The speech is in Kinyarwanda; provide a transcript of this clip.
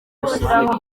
gushyiraho